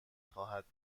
خواهد